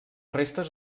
restes